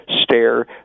stare